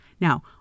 Now